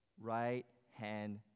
right-hand